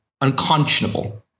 unconscionable